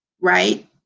right